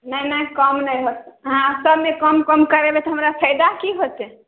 नहि नहि कम नहि होत अहाँ सबमे कम कम करेबै तऽ हमरा फायदा की होतै